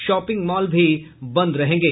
shopping mall भी बंद रहेंगे